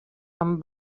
amb